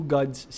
Gods